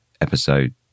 episode